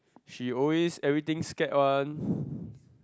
she always everything scared one